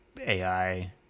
ai